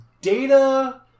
Data